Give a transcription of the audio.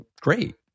great